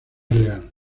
real